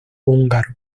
húngaro